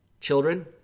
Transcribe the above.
Children